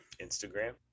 Instagram